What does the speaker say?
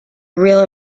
real